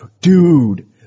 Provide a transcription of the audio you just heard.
dude